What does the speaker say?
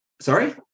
sorry